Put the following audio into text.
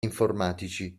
informatici